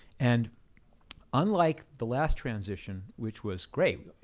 and unlike the last transition, which was great,